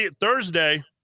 Thursday